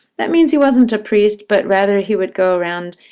that means he wasn't a priest, but rather, he would go around,